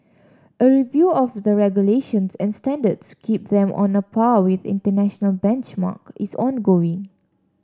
a review of the regulations and standards keep them on a par with international benchmarks is ongoing